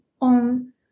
on